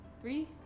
Three